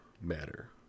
matter